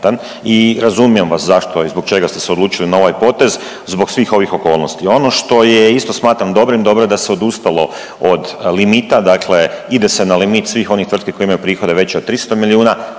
i razumijem vas zašto i zbog čega ste se odlučili na ovaj potez, zbog svih ovih okolnosti. Ono što je isto smatram dobrim, dobro je da se odustalo od limita, dakle ide se na limit svih onih tvrtki koje imaju prihode veće od 300 milijuna,